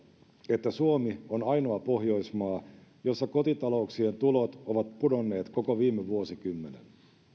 että suomi on ainoa pohjoismaa jossa kotitalouksien tulot ovat pudonneet koko viime vuosikymmenen